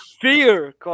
Fear